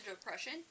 depression